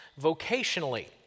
vocationally